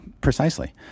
precisely